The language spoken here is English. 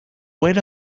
wait